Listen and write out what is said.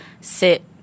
sit